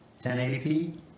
1080p